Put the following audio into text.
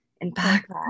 impact